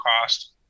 cost